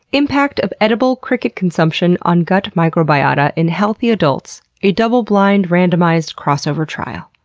impact of edible cricket consumption on gut microbiota in healthy adults a doubleblind, randomized, crossover trial.